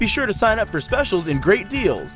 be sure to sign up for specials in great deals